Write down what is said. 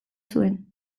zuen